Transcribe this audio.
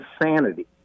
insanity